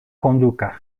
kondukas